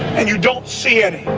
and you don't see any.